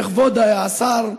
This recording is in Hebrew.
וכבוד השר,